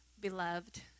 beloved